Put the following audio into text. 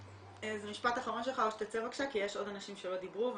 זה משפט אחרון שלך או שתצא בבקשה כי יש עוד אנשים שלא דיברו.